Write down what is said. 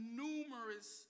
numerous